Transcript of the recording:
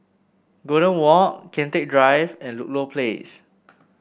Golden Walk Kian Teck Drive and Ludlow Place